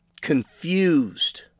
confused